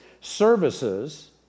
services